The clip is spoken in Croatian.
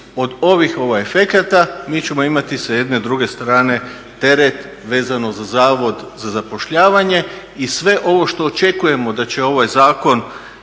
od ovih efekata mi ćemo imati sa jedne druge strane teret vezano za Zavod za zapošljavanje i sve ovo što očekujemo da će ovaj zakon